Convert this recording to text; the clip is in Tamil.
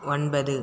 ஒன்பது